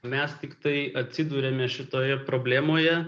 mes tiktai atsiduriame šitoje problemoje